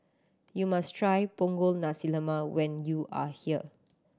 you must try Punggol Nasi Lemak when you are here